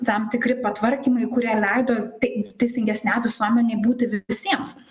tam tikri patvarkymai kurie leido teisingesnei visuomenei būti visiems